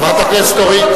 חברת הכנסת אורית.